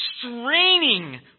straining